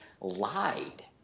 lied